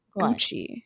Gucci